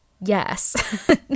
Yes